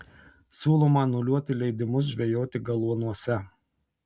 siūloma anuliuoti leidimus žvejoti galuonuose